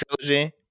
trilogy